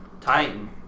Titan